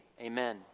amen